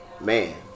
man